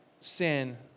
sin